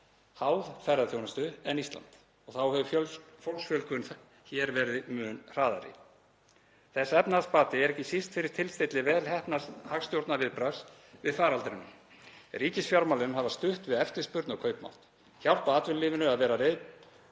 háð ferðaþjónustu en Ísland og þá hefur fólksfjölgun hér verið mun hraðari. Þessi efnahagsbati er ekki síst fyrir tilstilli vel heppnaðs hagstjórnarviðbragðs við faraldrinum. Ríkisfjármálin hafa stutt við eftirspurn og kaupmátt, hjálpað atvinnulífinu að vera